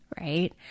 right